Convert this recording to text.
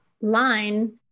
line